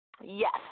Yes